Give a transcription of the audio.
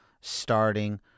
starting